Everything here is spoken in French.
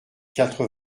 quatre